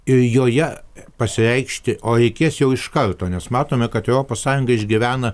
ir joje pasireikšti o reikės jau iš karto nes matome kad europos sąjunga išgyvena